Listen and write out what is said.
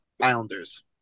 Islanders